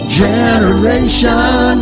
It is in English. generation